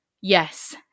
yes